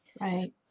Right